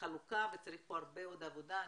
החלוקה וצריך פה הרבה עבודה.